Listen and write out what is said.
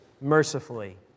mercifully